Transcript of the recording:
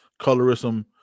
colorism